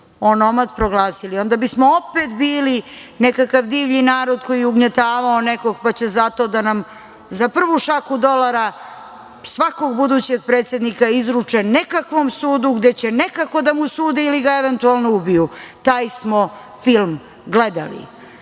onomad proglasili, onda bismo opet bili nekakav divlji narod koji je ugnjetavao nekoga, pa će zato da nam za prvu šaku dolara, svakog budućeg predsednika izruče nekakvom sudu gde će nekako da mu sude ili ga eventualno ubiju. Taj smo film gledali. Ali,